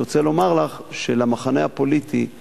אני רוצה לומר לך שבמחנה הפוליטי הנגדי,